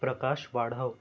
प्रकाश वाढव